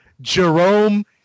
Jerome